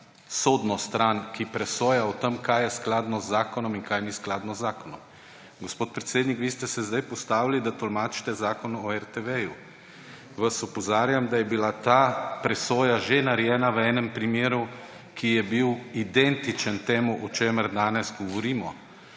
sodno stran, ki presoja o tem, kaj je skladno z zakonom in kaj ni skladno z zakonom. Gospod predsednik, vi ste se zdaj postavili, da tolmačite Zakon o RTV. Vas opozarjam, da je bila ta presoja že narejena v enem primeru, ki je bil identičen temu, o čemer danes govorimo,